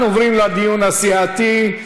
אנחנו עוברים לדיון הסיעתי.